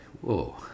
whoa